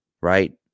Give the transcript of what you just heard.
right